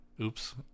Oops